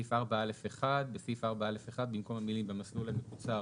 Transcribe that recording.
בסעיף 4א1, במקום המילים 'במסלול המקוצר